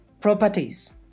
properties